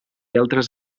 altres